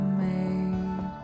made